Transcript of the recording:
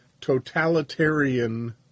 totalitarian